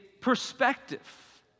perspective